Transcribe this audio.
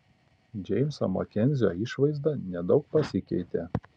džeimso makenzio išvaizda nedaug pasikeitė